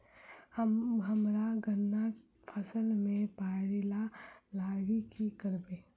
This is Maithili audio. हम्मर गन्ना फसल मे पायरिल्ला लागि की करियै?